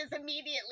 immediately